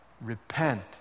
repent